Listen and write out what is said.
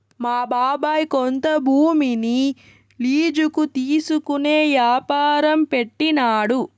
మా బాబాయ్ కొంత భూమిని లీజుకి తీసుకునే యాపారం పెట్టినాడు